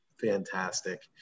Fantastic